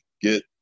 get